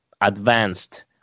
advanced